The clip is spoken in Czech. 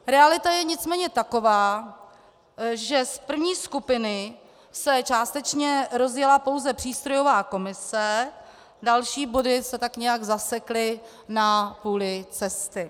Realita je nicméně taková, že z první skupiny se částečně rozjela pouze přístrojová komise, další body se tak nějak zasekly na půli cesty.